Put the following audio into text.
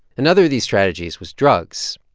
another of these strategies was drugs.